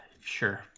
sure